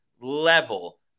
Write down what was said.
level